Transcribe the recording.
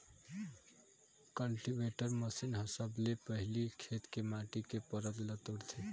cultivator machine ह सबले पहिली खेत के माटी के परत ल तोड़थे